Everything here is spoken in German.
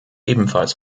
ebenfalls